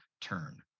turn